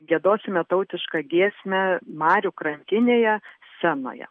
giedosime tautišką giesmę marių krantinėje scenoje